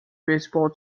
baseball